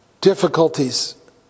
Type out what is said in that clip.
difficulties